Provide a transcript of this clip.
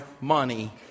money